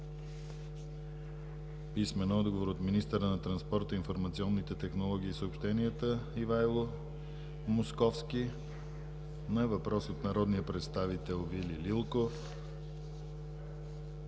писмен отговор от министъра на транспорта, информационните технологии и съобщенията Ивайло Московски на въпрос от народния представител Вили Лилков;